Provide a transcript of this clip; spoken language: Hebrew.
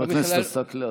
חבר הכנסת עסאקלה,